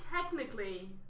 technically